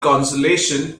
consolation